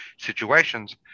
situations